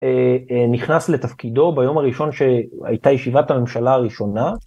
נכנס לתפקידו ביום הראשון שהייתה ישיבת הממשלה הראשונה.